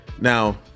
now